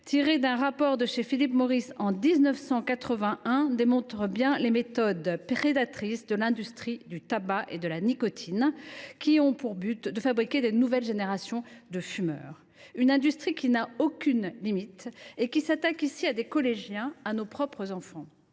tirés d’un rapport de Philip Morris en 1981, illustrent bien les méthodes prédatrices de l’industrie du tabac et de la nicotine, qui ont pour but de fabriquer de nouvelles générations de fumeurs. Cette industrie n’a aucune limite et s’attaque ici à des collégiens, à nos propres enfants.